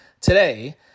today